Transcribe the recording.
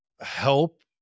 help